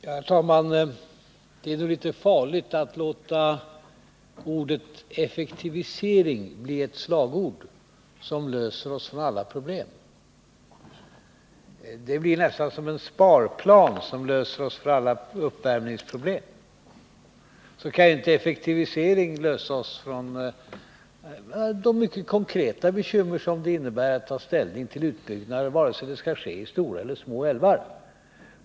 Herr talman! Det är nog litet farligt att låta effektivisering bli ett slagord som ger intryck av att där har vi lösningen på alla problem. Lika litet som en sparplan befriar oss från alla uppvärmningsproblem kan ju effektivisering av befintliga anläggningar klara oss från det mycket konkreta bekymmer som det innebär att ta ställning till utbyggnader, vare sig de skall ske i stora eller små älvar.